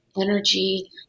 energy